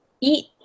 eat